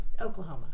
Oklahoma